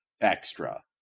extra